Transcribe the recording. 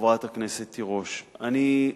חברת הכנסת תירוש, אני,